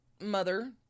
mother